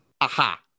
Aha